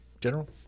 General